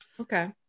Okay